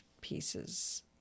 pieces